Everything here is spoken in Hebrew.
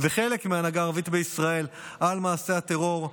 וחלק מההנהגה הערבית בישראל על מעשי הטרור.